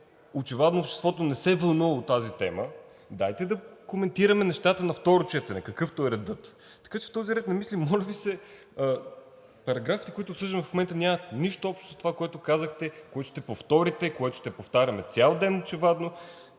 че очевадно обществото не се вълнува от тази тема, дайте да коментираме нещата на второ четене, какъвто е редът. Така че в този ред на мисли, моля Ви се, параграфите, които обсъждаме в момента, нямат нищо общо с това, което казахте, което ще повторите, което ще повтаряме цял ден очевадно.